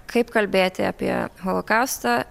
kaip kalbėti apie holokaustą